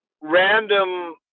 random